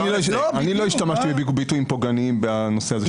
אני לא השתמשתי בביטויים פוגעניים בנושא הזה של הספורט.